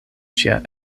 ŝia